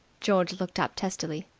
george looked up testily.